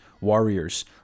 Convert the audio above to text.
warriors